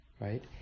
right